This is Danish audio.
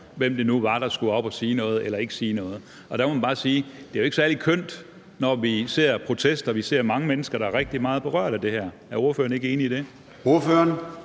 hvem det nu var, der skulle op at sige noget eller ikke sige noget. Der må man bare sige: Det er jo ikke særlig kønt, når vi ser protester og ser mange mennesker, der er rigtig meget berørt af det her. Er ordføreren ikke enig i det?